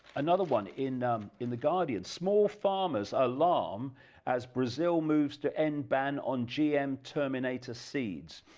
another one in in the guardian, small farmers alarm as brazil moves to end ban on gm terminator seeds,